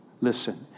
Listen